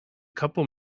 couple